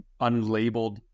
unlabeled